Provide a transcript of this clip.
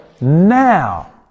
now